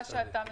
מה שאתה מציע.